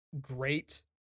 great